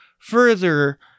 Further